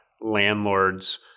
landlords